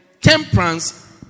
temperance